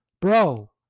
bro